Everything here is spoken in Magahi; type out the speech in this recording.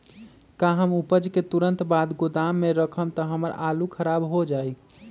का हम उपज के तुरंत बाद गोदाम में रखम त हमार आलू खराब हो जाइ?